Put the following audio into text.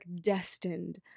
destined